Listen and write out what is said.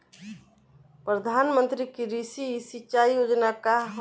प्रधानमंत्री कृषि सिंचाई योजना का ह?